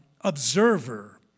observer